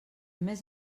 més